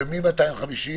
ומ-250?